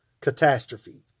catastrophe